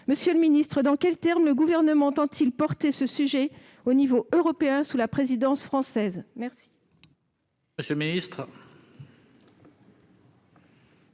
Monsieur le ministre, dans quels termes le Gouvernement entend-il porter ce sujet au niveau européen sous la présidence française ? La parole est à M. le ministre.